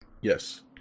Yes